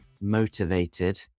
motivated